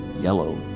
yellow